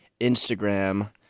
Instagram